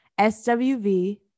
SWV